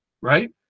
right